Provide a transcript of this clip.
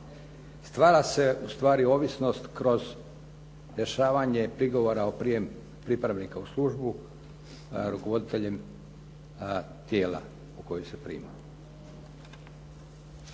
Stvara se ustvari ovisnost kroz rješavanje prigovora o prijemu pripravnika u službu rukovoditeljem tijela u koje se prima.